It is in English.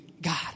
God